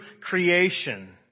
creation